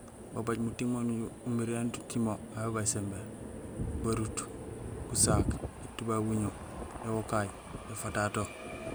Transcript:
Babaj muting ma umiré éni uting mo aw bébaj simbé: barut, gusaak, étubabuño, éwokay, éfatato.